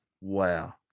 Wow